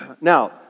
Now